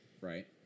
Right